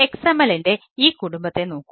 XML ന്റെ ഈ കുടുംബത്തെ നോക്കൂ